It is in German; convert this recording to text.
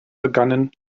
begannen